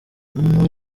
muri